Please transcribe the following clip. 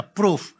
proof